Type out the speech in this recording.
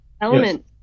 element